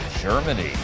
Germany